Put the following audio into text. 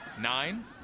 nine